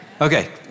Okay